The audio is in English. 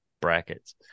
brackets